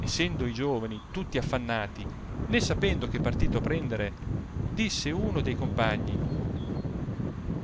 essendo i giovani tutti affannati né sapendo che partito prendere disse uno dei compagni